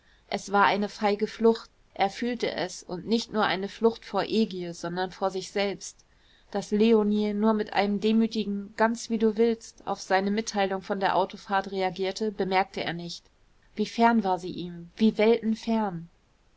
es war eine feige flucht er fühlte es und nicht nur eine flucht vor egil sondern vor sich selbst daß leonie nur mit einem demütigen ganz wie du willst auf seine mitteilung von der autofahrt reagierte bemerkte er nicht wie fern war sie ihm wie